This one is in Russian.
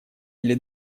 или